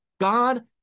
God